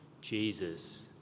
Jesus